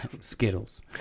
skittles